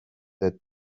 that